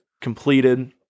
completed